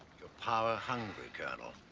you're power hungry, colonel,